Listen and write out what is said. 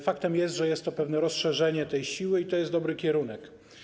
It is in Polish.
Faktem jest, że jest to pewne rozszerzenie tej siły i to jest dobry kierunek.